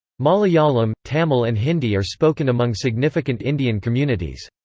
malayalam, tamil and hindi are spoken among significant indian communities.